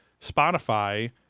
Spotify